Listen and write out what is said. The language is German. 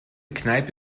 kneipe